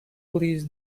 please